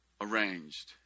arranged